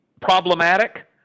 problematic